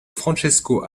francesco